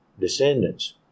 descendants